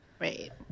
Right